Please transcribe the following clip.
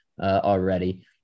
already